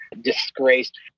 disgraced